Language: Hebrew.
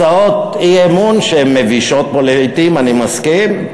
הצעות אי-אמון מבישות לעתים, אני מסכים.